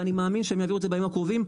ואני מאמין שהם יעבירו את זה בימים הקרובים,